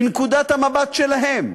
מנקודת המבט שלהן,